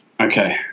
Okay